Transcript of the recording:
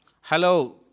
Hello